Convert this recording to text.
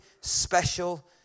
special